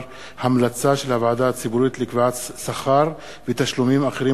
המלצה של הוועדה הציבורית לקביעת שכר ותשלומים אחרים